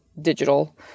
digital